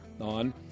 on